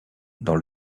dans